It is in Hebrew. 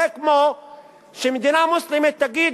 זה כמו שמדינה מוסלמית תגיד: